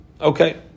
Okay